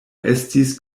estis